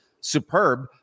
Superb